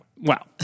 wow